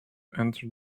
enter